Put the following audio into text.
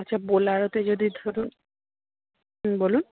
আচ্ছা বোলারোতে যদি ধরুন হুম বলুন